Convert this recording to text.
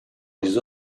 les